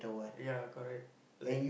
ya correct like